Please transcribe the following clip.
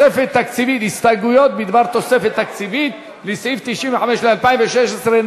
הסתייגויות בדבר תוספת תקציבית לסעיף 95 ל-2016.